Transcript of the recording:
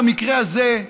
במקרה הזה,